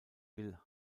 will